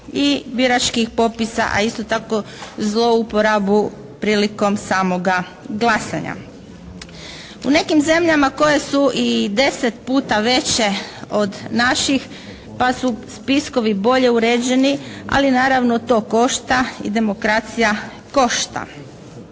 i biračkih popisa, a isto tako zluporabu prilikom samoga glasanja. U nekim zemljama koje su i deset puta veće od naših, pa su spiskovi bolje uređeni, ali naravno to košta i demokracija košta.